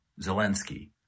Zelensky